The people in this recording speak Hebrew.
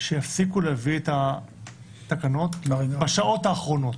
שיפסיקו להביא את התקנות בשעות האחרונות.